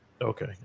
Okay